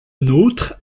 nôtre